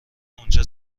اونجا